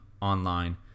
online